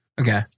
okay